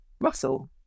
Russell